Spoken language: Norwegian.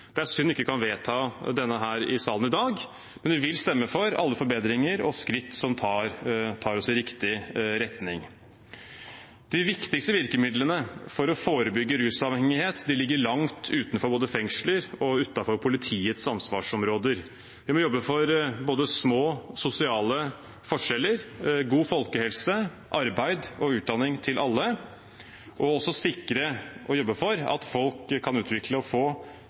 Det er synd vi ikke kan vedta denne her i salen i dag, men vi vil stemme for alle forbedringer og skritt som tar oss i riktig retning. De viktigste virkemidlene for å forebygge rusavhengighet ligger langt utenfor både fengsler og politiets ansvarsområder. Vi må jobbe for både små sosiale forskjeller, god folkehelse, arbeid og utdanning til alle og også sikre og jobbe for at folk kan utvikle og få